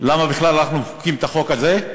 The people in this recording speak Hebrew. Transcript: למה בכלל אנחנו מחוקקים את החוק הזה,